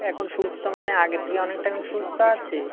এখন সুস্থ মানে আগের থেকে অনেকটা এখন সুস্থ আছে